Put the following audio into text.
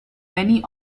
many